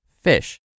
fish